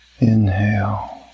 inhale